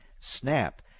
snap